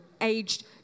aged